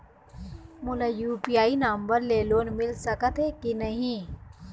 मोला UPI number ले loan मिल सकथे कि नहीं?